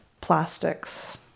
plastics